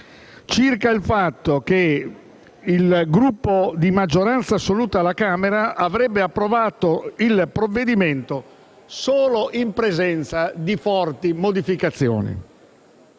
circa il fatto che il Gruppo di maggioranza assoluta alla Camera avrebbe approvato il provvedimento solo in presenza di forti modificazioni.